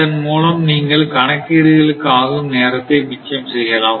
இதன் மூலம் நீங்கள் கணக்கீடுகளுக்கு ஆகும் நேரத்தை மிச்சம் செய்யலாம்